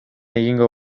egingo